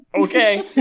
Okay